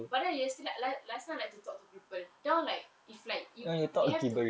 but then yesterday like last time I like to talk to people then like if like if they have to